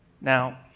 Now